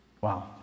Wow